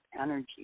energy